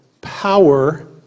power